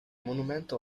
monumento